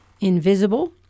invisible